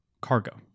cargo